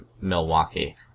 Milwaukee